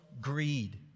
greed